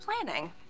planning